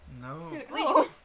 No